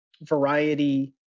variety